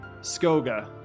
Skoga